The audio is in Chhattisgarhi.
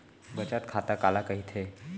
बचत खाता काला कहिथे?